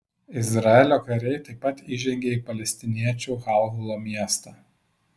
izraelio kariai taip pat įžengė į palestiniečių halhulo miestą